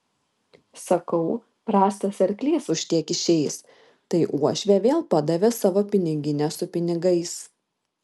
sakau prastas arklys už tiek išeis tai uošvė vėl padavė savo piniginę su pinigais